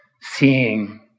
seeing